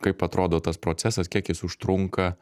kaip atrodo tas procesas kiek jis užtrunka